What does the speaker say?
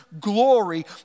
glory